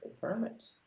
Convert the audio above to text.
permits